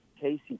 Casey